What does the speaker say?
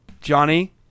Johnny